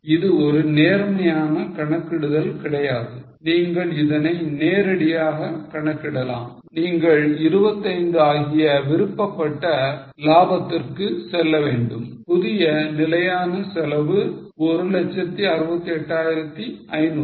இது ஒரு நேர்மையான கணக்கிடுதல் கிடையாது நீங்கள் இதனை நேரடியாக கணக்கிடலாம் நீங்கள் 25 ஆகிய விருப்பப்பட்ட லாபத்திற்கு செல்ல வேண்டும் புதிய நிலையான செலவு 168500